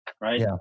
right